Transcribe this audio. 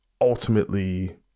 ultimately